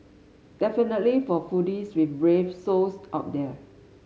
definitely for foodies with brave souls out there